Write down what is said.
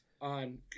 on